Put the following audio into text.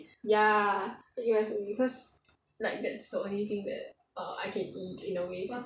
ya I eat rice only cause that's the only thing that err I can eat in a way